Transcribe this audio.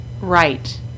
Right